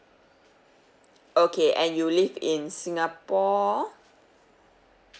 okay and you live in singapore